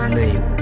name